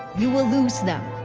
you will lose them.